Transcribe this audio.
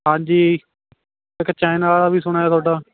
ਹਾਂਜੀ ਇੱਕ ਚਾਈਨਾ ਦਾ ਵੀ ਸੁਣਿਆ ਤੁਹਾਡਾ